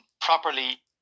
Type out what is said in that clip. properly